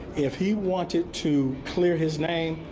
if he wanted to clear his name,